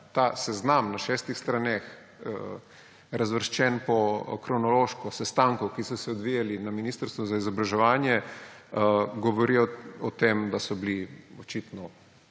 Ta seznam na šestih straneh, razvrščen kronološko po sestankih, ki so se odvijali na Ministrstvu za izobraževanje, govori o tem, da so bili očitno